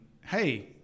hey